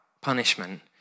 punishment